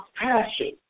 passion